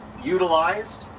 utilized.